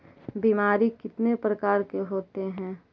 बीमारी कितने प्रकार के होते हैं?